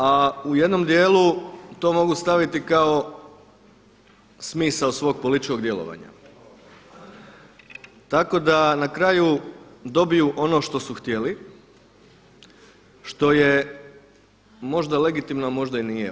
A u jednom dijelu to mogu staviti kao smisao svog političkog djelovanja, tako da na kraju dobiju ono što su htjeli, što je možda legitimno, a možda i nije.